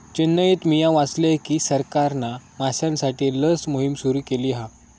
चेन्नईत मिया वाचलय की सरकारना माश्यांसाठी लस मोहिम सुरू केली हा